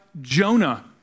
Jonah